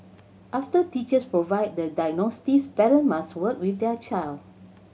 after teachers provide the diagnostics parents must work with their child